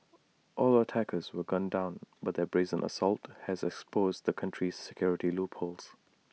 all attackers were gunned down but their brazen assault has exposed the country's security loopholes